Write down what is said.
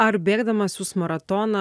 ar bėgdamas jūs maratoną